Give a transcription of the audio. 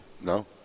No